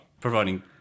Providing